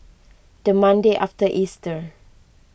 the Monday after Easter